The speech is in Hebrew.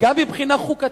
גם מבחינה חוקתית,